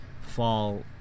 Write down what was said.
fall